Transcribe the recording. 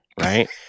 right